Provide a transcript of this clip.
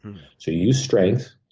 so use strength,